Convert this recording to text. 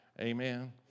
Amen